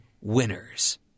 winners